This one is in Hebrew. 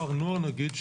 כפר נוער נגיד,